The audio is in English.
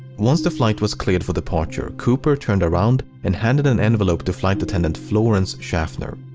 once the flight was cleared for departure, cooper turned around and handed an envelope to flight attendant florence schaffner.